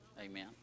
Amen